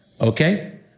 Okay